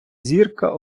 зірка